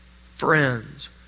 friends